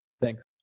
Thanks